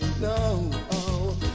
no